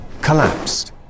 collapsed